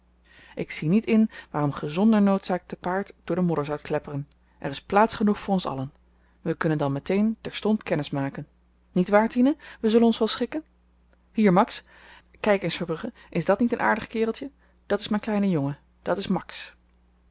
ik zie niet in waarom ge zonder noodzaak te paard door den modder zoudt klepperen er is plaats genoeg voor ons allen we kunnen dan met-een terstond kennis maken niet waar tine we zullen ons wel schikken hier max kyk eens verbrugge is dat niet een aardig kereltje dat is myn kleine jongen dat is max